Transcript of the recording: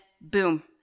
boom